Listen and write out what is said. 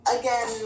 again